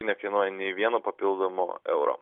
nekainuoja nei vieno papildomo euro